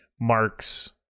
Mark's